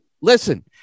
listen